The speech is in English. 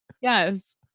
Yes